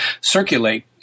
circulate